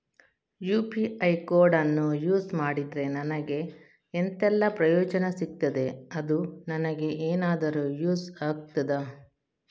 UPI ಕೋಡನ್ನು use ಮಾಡಿದ್ರೆ ನನಗೆ ಎಂಥೆಲ್ಲಾ ಪ್ರಯೋಜನ ಸಿಗ್ತದೆ, ಅದು ನನಗೆ ಎನಾದರೂ ಯೂಸ್ ಆಗ್ತದಾ?